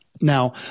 now